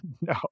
No